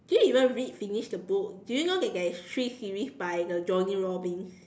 do you even read finish the book do you know that there is three series by the Johnny Robins